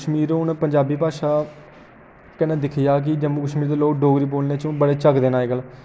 कश्मीर हुन पंजाबी भाशा कन्नै दिक्खेआ जा कि जम्मू कश्मीर दे लोक डोगरी बोलने च हुन बड़े झकदे न अजकल